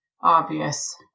obvious